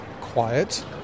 quiet